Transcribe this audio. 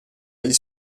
dagli